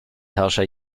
herrscher